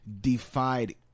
defied